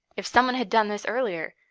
if someone had done this earlier,